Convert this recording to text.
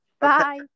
Bye